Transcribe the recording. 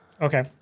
Okay